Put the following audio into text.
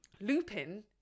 Lupin